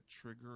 trigger